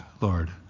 Lord